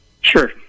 sure